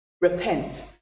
Repent